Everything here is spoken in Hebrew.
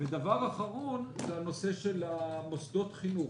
דבר אחרון זה נושא מוסדות החינוך.